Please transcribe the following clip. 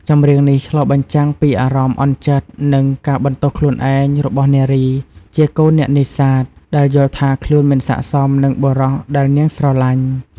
ចម្រៀងនេះឆ្លុះបញ្ចាំងពីអារម្មណ៍អន់ចិត្ត និងការបន្ទោសខ្លួនឯងរបស់នារីជាកូនអ្នកនេសាទ ដែលយល់ថាខ្លួនមិនស័ក្តិសមនឹងបុរសដែលនាងស្រឡាញ់។